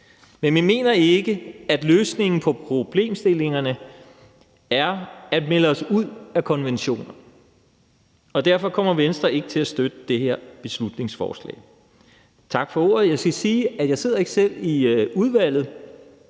Men vi mener ikke, at løsningen på problemstillingerne er at melde os ud af konventionerne, og derfor kommer Venstre ikke til at støtte det her beslutningsforslag. Tak for ordet. Jeg skal lige sige, at jeg ikke selv sidder i udvalget,